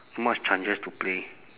not much chances to play